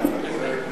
מקשיבה לך.